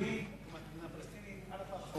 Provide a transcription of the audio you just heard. ויתורים להקמת מדינה פלסטינית על אפה וחמתה.